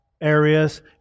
areas